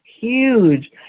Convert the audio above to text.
huge